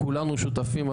כולנו שותפים,